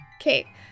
okay